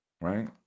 Right